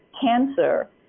cancer